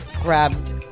grabbed